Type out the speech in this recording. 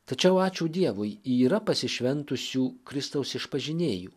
tačiau ačiū dievui yra pasišventusių kristaus išpažinėjų